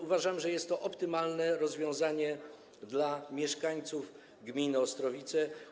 Uważam, że to jest optymalne rozwiązanie dla mieszkańców gminy Ostrowice.